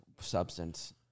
substance